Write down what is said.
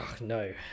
No